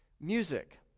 Music